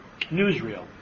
newsreel